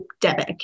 debit